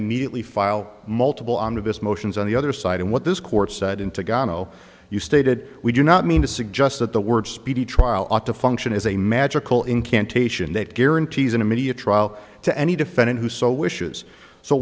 immediately file multiple onto this motions on the other side and what this court said into gano you stated we do not mean to suggest that the word speedy trial ought to function is a magical incantation that guarantees an immediate trial to any defendant who so wishes so